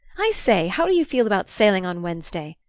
i say how do you feel about sailing on wednesday?